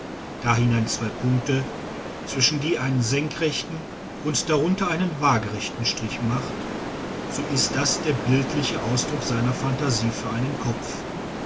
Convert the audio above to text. malt dahinein zwei punkte zwischen die einen senkrechten und darunter einen wagerechten strich macht so ist das der bildliche ausdruck seiner phantasie für einen kopf